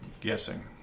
guessing